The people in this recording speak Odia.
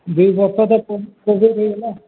ଦୁଇ ବର୍ଷ ତ କୋଭିଡ଼୍ ହେଇଗଲା